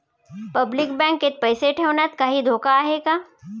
Public बँकेत पैसे ठेवण्यात काही धोका आहे का?